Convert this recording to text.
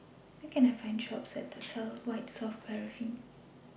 Where Can I Find A Shop that sells White Soft Paraffin